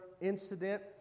incident